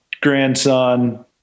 grandson